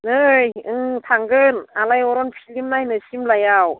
नै उम थांगोन आलायारन फ्लिम नायनो सिमलायाव